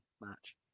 match